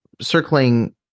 circling